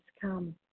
come